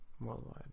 Worldwide